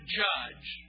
judge